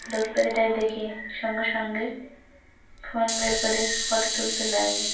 লক্ষী পাখিটাকে দেখে সঙ্গে সঙ্গে ফোন বের করে ফটো তুলতে লাগল